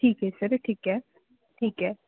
ਠੀਕ ਹੈ ਸਰ ਠੀਕ ਹੈ ਠੀਕ ਹੈ